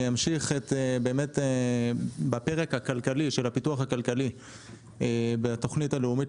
אני אמשיך בפרק הכלכלי של הפיתוח הכלכלי בתכנית הלאומית